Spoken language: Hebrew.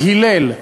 "הלל"